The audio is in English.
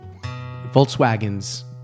Volkswagen's